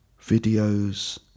videos